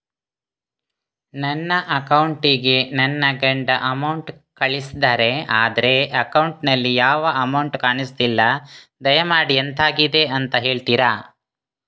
ನನ್ನ ಅಕೌಂಟ್ ಗೆ ನನ್ನ ಗಂಡ ಅಮೌಂಟ್ ಕಳ್ಸಿದ್ದಾರೆ ಆದ್ರೆ ಅಕೌಂಟ್ ನಲ್ಲಿ ಯಾವ ಅಮೌಂಟ್ ಕಾಣಿಸ್ತಿಲ್ಲ ದಯಮಾಡಿ ಎಂತಾಗಿದೆ ಅಂತ ಹೇಳ್ತೀರಾ?